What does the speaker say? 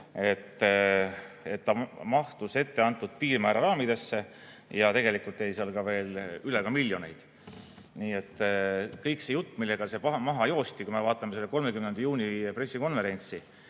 et ta mahtus etteantud piirmäära raamidesse ja tegelikult jäi seal veel miljoneid üle. Nii et kogu see jutt, millega see maha joosti – kui me vaatame 30. juuni pressikonverentsi,